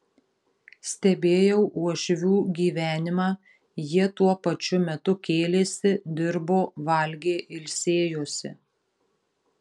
stebėjau uošvių gyvenimą jie tuo pačiu metu kėlėsi dirbo valgė ilsėjosi